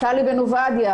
טלי בן עובדיה,